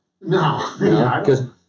No